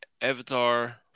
Avatar